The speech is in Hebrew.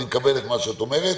אני מקבל את מה שאת אומרת.